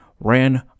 ran